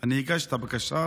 כשאני הגשתי את הבקשה,